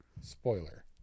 spoiler